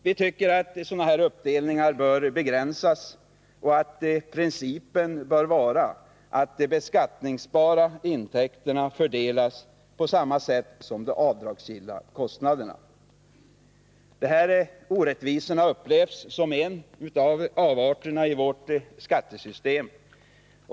Vi tycker att sådana uppdelningar bör begränsas och att principen bör vara att de beskattningsbara intäkterna fördelas på samma sätt som de avdragsgilla kostnaderna. De här orättvisorna upplevs som en av avarterna i vårt skattesystem.